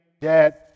Dad